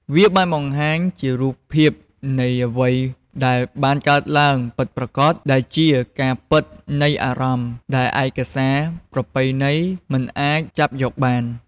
វាបានបង្ហាញជារូបភាពនៃអ្វីដែលបានកើតឡើងពិតប្រាកដ ដែលជាការពិតនៃអារម្មណ៍ដែលឯកសារប្រពៃណីមិនអាចចាប់យកបាន។